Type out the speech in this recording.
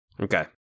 Okay